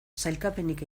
sailkapenik